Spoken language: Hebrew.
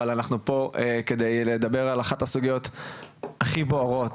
אבל אנחנו פה כדי לדבר על אחת הסוגיות הכי בוערות